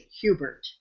Hubert